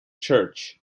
church